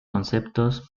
conceptos